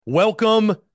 Welcome